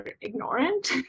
ignorant